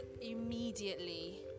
immediately